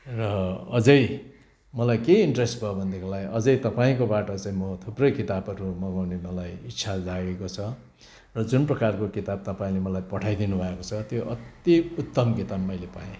र अजै मलाई के इनट्रेस भयो भनेदेखिलाई अझै तपाईँकोबाट चाहिँ म थुप्रै किताबहरू मगाउँने मलाई इच्छा जागेको छ र जुन प्रकारको किताब तपाईँले मलाई पठाइदिनु भएको छ त्यो अत्ति उत्तम किताब मैले पाएँ